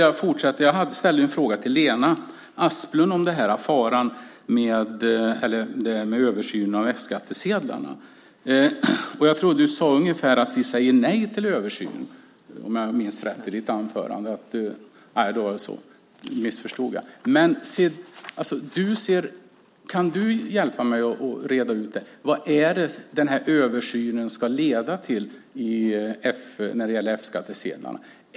Jag ställde en fråga till Lena Asplund om översynen av F-skattsedlarna. Jag tror att du sade något i ditt anförande om att ni säger nej till översyn, om jag minns rätt. : Nej.) Då missförstod jag. Kan du hjälpa mig att reda ut vad det är denna översyn ska leda till när det gäller F-skattsedlarna?